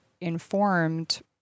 informed